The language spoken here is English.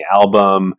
album